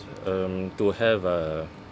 um to have a